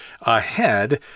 ahead